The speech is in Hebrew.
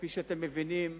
כפי שאתם מבינים,